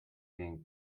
being